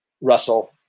Russell